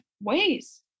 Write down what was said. ways